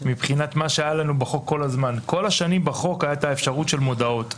כל השנים הייתה האפשרות של מודעות בחוק.